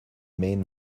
main